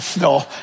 No